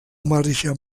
marge